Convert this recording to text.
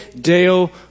Deo